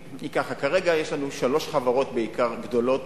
כרגע יש לנו שלוש חברות, בעיקר גדולות,